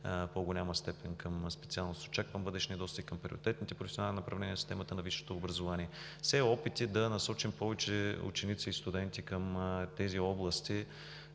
по-голяма степен към специалностите. Очаквам бъдещ недостиг към приоритетните професионални направления в системата на висшето образование – все опити да насочим повече ученици и студенти към тези области,